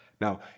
Now